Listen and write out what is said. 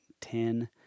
ten